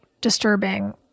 disturbing